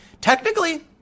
Technically